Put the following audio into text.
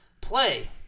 play